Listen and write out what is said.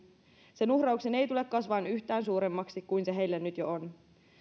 sen uhrauksen ei tule kasvaa yhtään suuremmaksi kuin se heille nyt jo on